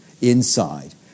inside